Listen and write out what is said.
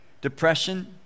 depression